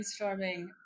brainstorming